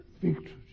victory